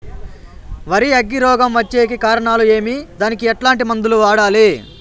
వరి అగ్గి రోగం వచ్చేకి కారణాలు ఏమి దానికి ఎట్లాంటి మందులు వాడాలి?